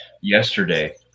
yesterday